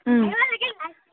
ওম